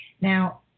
Now